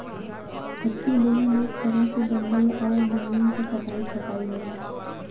अति दोहन एक तरह से जंगल और जमीन क कटाई छटाई होला